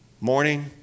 morning